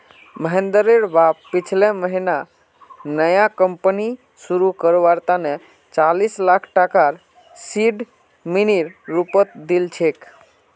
महेंद्रेर बाप पिछले महीना नया कंपनी शुरू करवार तने चालीस लाख टकार सीड मनीर रूपत दिल छेक